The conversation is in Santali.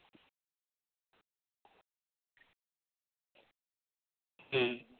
ᱦᱩᱸ